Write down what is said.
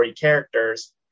characters